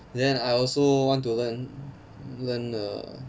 then I also want to learn learn urm